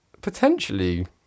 potentially